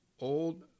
old